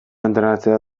entrenatzea